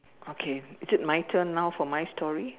okay is it my turn now for my story